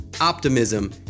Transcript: optimism